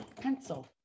pencil